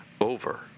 over